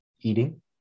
eating